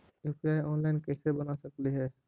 UPI online कैसे बना सकली हे?